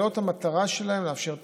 המטרה שלהן היא לאפשר תכנון,